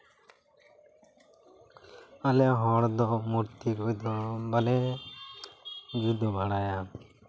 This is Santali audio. ᱟᱞᱮ ᱦᱚᱲ ᱫᱚ ᱢᱩᱨᱛᱤ ᱠᱚᱫᱚ ᱵᱟᱞᱮ ᱯᱩᱡᱟᱹ ᱵᱟᱲᱟᱭᱟ